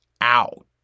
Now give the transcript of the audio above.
out